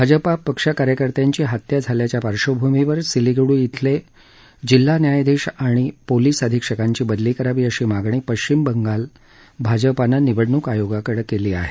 भाजपा पक्ष कार्यकर्त्याची हत्या झाल्याच्या पार्श्वभूमीवर सीलीगुडी इथले जिल्हा न्यायाधीश आणि पोलीस अधीक्षकांची बदली करावी अशी मागणी पश्चिम बंगाल भाजपाने निवडणूक आयोगाकडे केली आहे